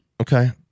Okay